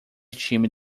time